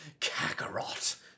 Kakarot